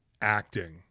acting